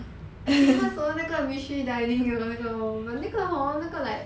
那时候那个 mystery dining 给我那个 lor but 那个 hor 那个 like